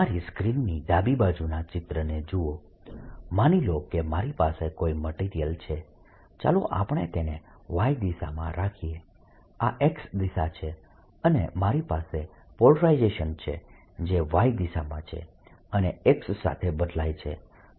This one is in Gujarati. તમારી સ્ક્રીનની ડાબી બાજુનાં ચિત્રને જુઓ માની લો કે મારી પાસે કોઈ મટીરીયલ છે ચાલો આપણે તેને Y દિશામાં રાખીએ આ X દિશા છે અને મારી પાસે પોલરાઇઝેશન છે જે Y દિશામાં છે અને X સાથે બદલાય છે